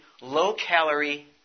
low-calorie